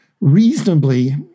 reasonably